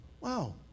wow